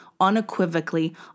unequivocally